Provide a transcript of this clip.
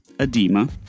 edema